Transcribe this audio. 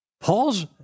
Paul's